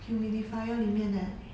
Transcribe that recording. humidifier 里面 leh